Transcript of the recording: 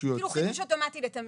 כאילו חידוש אוטומטי לתמיד.